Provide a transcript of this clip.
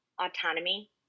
autonomy